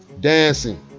Dancing